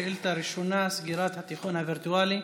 שאילתה ראשונה: סגירת התיכון הווירטואלי.